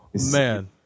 Man